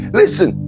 listen